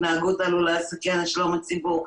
התנהגות העלולה לסכן את שלום הציבור,